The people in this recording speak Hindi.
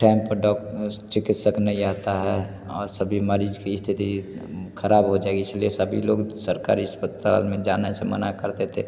टाइम डॉक चिकित्सक नहीं आता है और सभी मरीज़ की स्थिति ख़राब हो जाएगी इसलिए सभी लोग सरकारी अस्पताल में जाने से मना करते थे